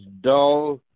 dull